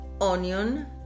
onion